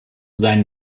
seinen